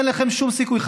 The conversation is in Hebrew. אין לכם שום סיכוי.